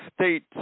state